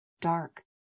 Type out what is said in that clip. dark